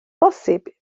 bosib